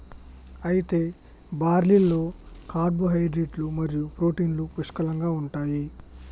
అయితే బార్లీలో కార్పోహైడ్రేట్లు మరియు ప్రోటీన్లు పుష్కలంగా ఉంటాయి